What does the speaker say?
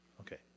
Okay